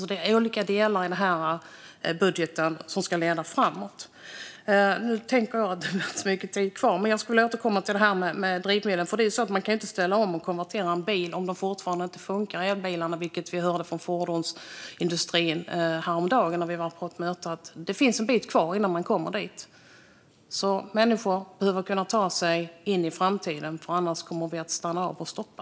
Det är alltså olika delar i den här budgeten som ska leda framåt. Jag tänkte återkomma till det här med drivmedel. Man kan ju inte ställa om och konvertera en bil till elbil om de fortfarande inte funkar, vilket vi hörde på ett möte med fordonsindustrin häromdagen. Det finns en bit kvar innan man kommer dit. Människor behöver kunna ta sig in i framtiden, annars kommer vi att stanna av och stoppa.